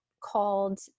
called